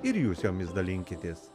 ir jūs jomis dalinkitės